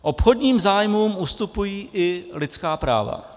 Obchodním zájmům ustupují i lidská práva.